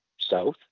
south